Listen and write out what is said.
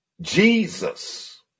Jesus